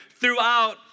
throughout